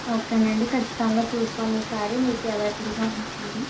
ఓకేనండి ఖచ్చితంగా చూస్తాము ఈ సారి మీకు అవైలబుల్గా ఉంటుంది